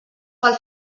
pel